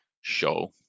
show